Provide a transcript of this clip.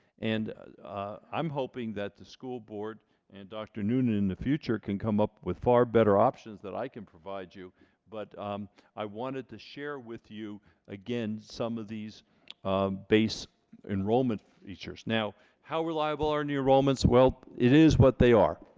and i'm hoping that the school board and dr. noonan in the future can come up with far better options that i can provide you but i wanted to share with you again some of these base enrollment features now how reliable are new enrollments well it is what they are